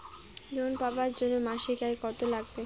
Loan পাবার জন্যে মাসিক আয় কতো লাগবে?